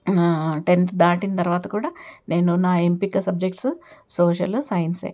tenth దాటిన తరువాత కూడా నేను నా ఎంపిక సబ్జెక్ట్స్ సోషల్ సైన్సె